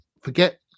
Forget